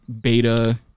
beta